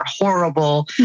horrible